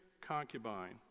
concubine